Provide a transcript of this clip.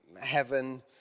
heaven